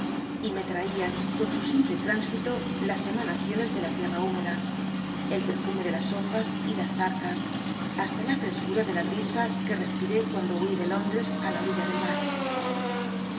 y me lmian con su simple tránsito las emanaciones de la tierra húmeda el perfume de las hojas y las zarzas basta la frcscura de la brisa que i'ctipiré cuando lluí de t óndres á la orilla del mar